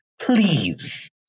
please